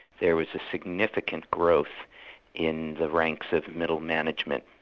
there was a significant growth in the ranks of middle management,